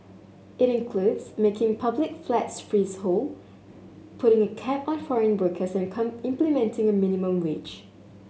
it includes making public flats freehold putting a cap on foreign workers and implementing a minimum wage